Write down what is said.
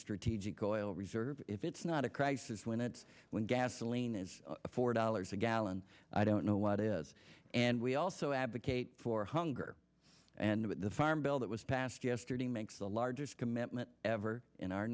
strategic oil reserve if it's not a crisis when it's when gasoline is four dollars a gallon i don't know what it is and we also advocate for hunger and the farm bill that was passed yesterday makes the largest commitment ever in our